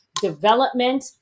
development